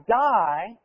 die